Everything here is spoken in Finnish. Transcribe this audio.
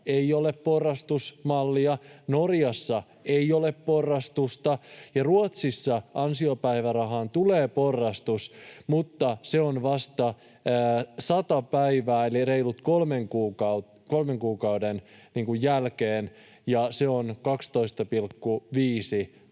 ei ole porrastusmallia, Norjassa ei ole porrastusta, Ruotsissa ansiopäivärahaan tulee porrastus, mutta se on vasta 100 päivän eli reilun kolmen kuukauden jälkeen, ja se on 12,5